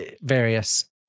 Various